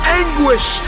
anguish